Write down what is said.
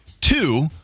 Two